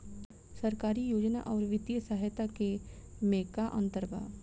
सरकारी योजना आउर वित्तीय सहायता के में का अंतर बा?